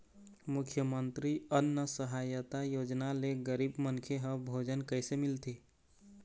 मुख्यमंतरी अन्न सहायता योजना ले गरीब मनखे ह भोजन कइसे मिलथे?